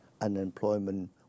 unemployment